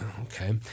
okay